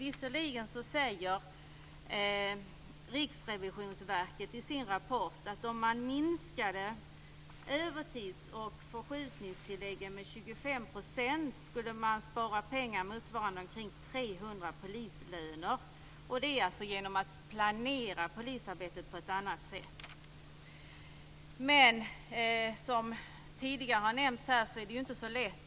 Visserligen säger Riksrevisionsverket i sin rapport att om man minskade övertids och förskjutningstilläggen med 25 % skulle man spara pengar motsvarande omkring 300 polislöner; detta genom att planera polisarbetet på ett annat sätt. Som tidigare nämnts här är det inte så lätt.